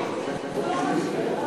נתקבלה.